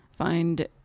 find